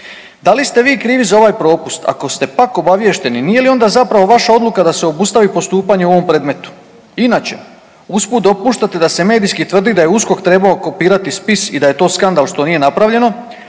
Da li ste vi krivi za ovaj propust? Ako ste pak obaviješteni nije li onda zapravo vaša odluka da se obustavi postupanje u ovom predmetu? Inače, usput dopuštate da se medijski tvrdi da je USKOK trebao kopirati spis i da je to skandal što nije napravljeno,